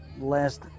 last